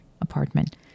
apartment